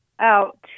out